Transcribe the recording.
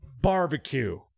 barbecue